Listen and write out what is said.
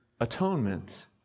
atonement